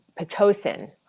Pitocin